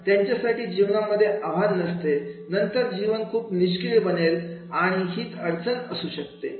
त्यांच्यासाठी जीवनामध्ये आव्हान नसते नंतर जीवन खूप निष्क्रिय बनेल आणि हीच अडचण असू शकतो